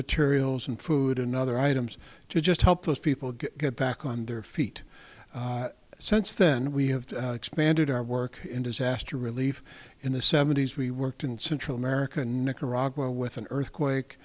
materials and food and other items to just help those people get back on their feet since then we have expanded our work in disaster relief in the seventy's we worked in central america nicaragua with an earthquake